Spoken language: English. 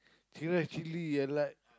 chicken chilli I like